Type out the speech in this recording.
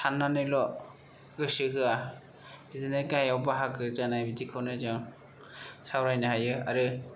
साननानैल' गोसो होआ बिदिनो गाहायाव बाहागो जानाय बिदिखौनो जों सावरायनो हायो आरो